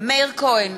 מאיר כהן,